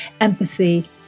empathy